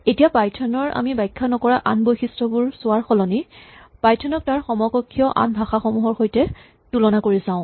এতিয়া পাইথন ৰ আমি ব্যাখ্যা নকৰা আন বৈশিষ্টবোৰ চোৱাৰ সলনি পাইথন ক তাৰ সমকক্ষীয় আন ভাষাসমূহৰ সৈতে তুলনা কৰি চাওঁ